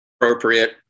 appropriate